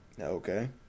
Okay